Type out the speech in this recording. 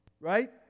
Right